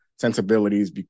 sensibilities